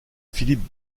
philippe